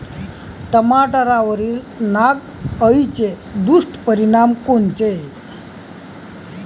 टमाट्यावरील नाग अळीचे दुष्परिणाम कोनचे?